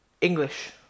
English